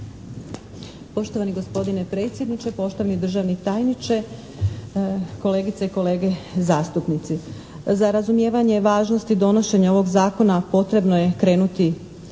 Poštovani gospodine predsjedniče, poštovani državni tajniče, kolegice i kolege zastupnici! Za razumijevanje važnosti donošenja ovog zakona potrebno je krenuti